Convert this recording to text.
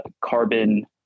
carbon